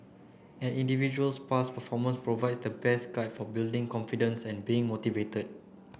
an individual's past performance provides the best guide for building confidence and being motivated